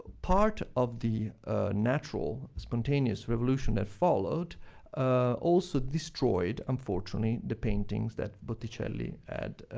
part of the natural, spontaneous revolution that followed also destroyed, unfortunately, the paintings that botticelli had.